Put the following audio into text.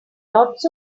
lots